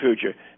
Future